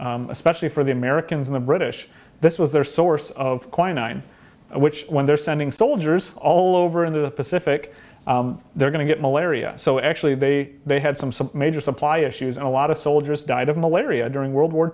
problem especially for the americans the british this was their source of quinine which when they're sending soldiers all over in the pacific they're going to get malaria so actually they they had some some major supply issues and a lot of soldiers died of malaria during world war